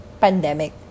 pandemic